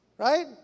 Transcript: right